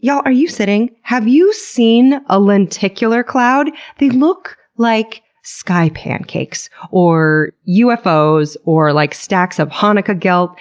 y'all, are you sitting? have you seen a lenticular cloud? they look like sky pancakes, or ufo's, or like stacks of hanukkah gelt.